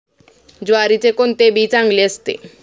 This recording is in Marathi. ज्वारीचे कोणते बी चांगले असते?